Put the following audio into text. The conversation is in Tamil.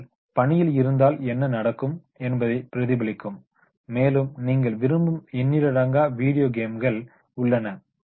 அவர்கள் பணியில் இருந்தால் என்ன நடக்கும் என்பதை பிரதிபலிக்கும் மேலும் நீங்கள் விரும்பும் எண்ணிலடங்கா வீடியோ கேம்கள் உள்ளன